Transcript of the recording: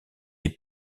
est